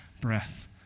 breath